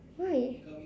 why